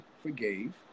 forgave